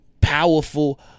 Powerful